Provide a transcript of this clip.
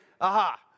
aha